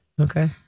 Okay